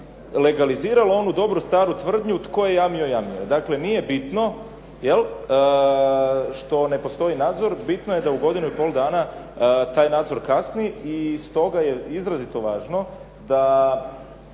legalizirano onu dobru staru tvrdnju "Tko je jamio, jamio je". Dakle, nije bitno, je li, što ne postoji nadzor, bitno je da u godinu i pol dana taj nadzor kasni i stoga je izrazito važno da